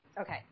Okay